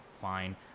fine